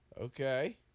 okay